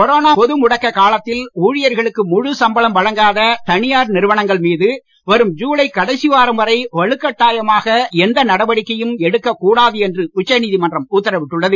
corona பொது முடக்கக் காலத்தில் ஊழியர்களுக்கு முழு சம்பளம் வழங்காத தனியார் நிறுவனங்கள் மீது வரும் ஜுலை கடைசி வாரம் வரை வலுக் கட்டாயமாக எந்த நடவடிக்கையும் எடுக்கக் கூடாது என்று உச்ச நீதிமன்றம் உத்தரவிட்டுள்ளது